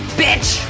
bitch